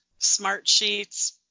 Smartsheets